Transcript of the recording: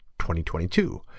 2022